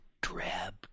drab